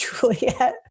Juliet